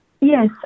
Yes